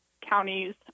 counties